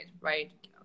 right